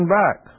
back